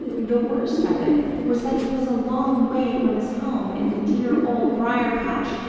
the worst of it was that he was a long way from his home in the dear old briar-patch,